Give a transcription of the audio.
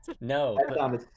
no